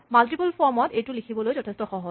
multiple form ত এইটো লিখিবলৈ যথেষ্ট সহজ